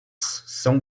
são